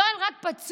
יואל רק פצוע,